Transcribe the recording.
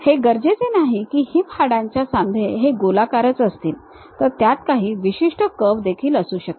हे गरजेचे नाही की हिप हाडांच्या सांधे हे गोलाकारच असतील तर त्यात काही विशिष्ट कर्व देखील असू शकतात